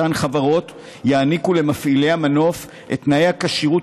אותן חברות יעניקו למפעילי המנוף את תנאי הכשירות